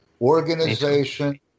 organization